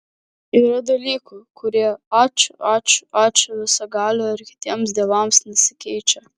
yra dalykų kurie ačiū ačiū ačiū visagaliui ar kitiems dievams nesikeičia